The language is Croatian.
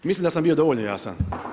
Mislim da sam bio dovoljno jasan.